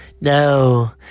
No